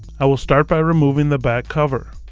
i will start by removing the back cover.